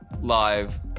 live